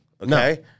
Okay